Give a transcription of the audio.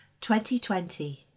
2020